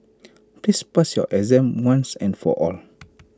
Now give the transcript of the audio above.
please pass your exam once and for all